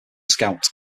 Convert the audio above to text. scout